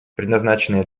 предназначенные